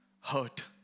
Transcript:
hurt